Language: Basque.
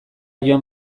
joan